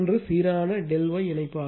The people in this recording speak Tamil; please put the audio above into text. மற்றொன்று சீரான ∆ Y இணைப்பு